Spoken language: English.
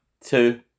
two